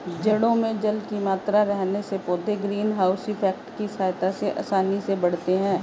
जड़ों में जल की मात्रा रहने से पौधे ग्रीन हाउस इफेक्ट की सहायता से आसानी से बढ़ते हैं